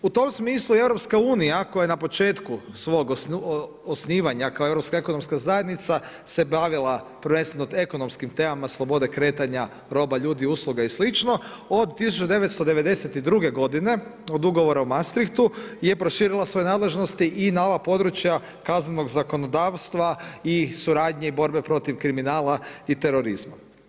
U tom smislu EU koja je na početku svog osnivanja kao Europska ekonomska zajednica se bavila prvenstveno ekonomskim temama slobode kretanja ljudi, roba, usluga i slično od 1992. godine od ugovora u Maastrichtu je proširila svoje nadležnosti i na ova područja kaznenog zakonodavstva i suradnje i borbe protiv kriminala i terorizma.